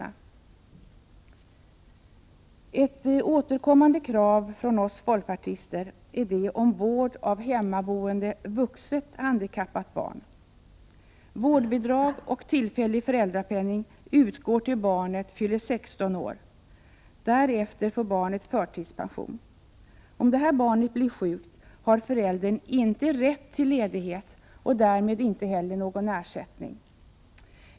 Vård av hemmaboende vuxet handikappat barn är ett återkommande krav från oss folkpartister. Vårdbidrag och tillfällig föräldrapenning utgår till dess barnet fyller 16 år. Därefter får barnet förtidspension. Om detta barn blir sjukt har föräldrarna inte rätt till ledighet och får därmed inte heller någon ersättning.